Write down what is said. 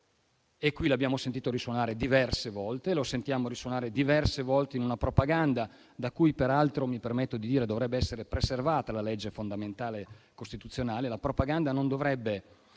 l'abbiamo sentito risuonare diverse volte qui e lo sentiamo risuonare diverse volte in una propaganda da cui - mi permetto di dire - dovrebbe essere preservata la legge fondamentale. La propaganda non dovrebbe